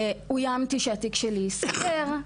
אויימתי שהתיק שלי ייסגר.